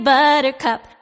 Buttercup